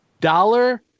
Dollar